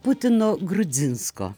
putino grudzinsko